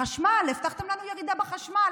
החשמל, הבטחתם לנו ירידה בחשמל.